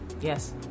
Yes